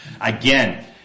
Again